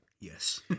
Yes